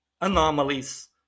anomalies